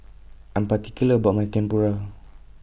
I Am particular about My Tempura